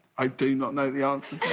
i do not know the answer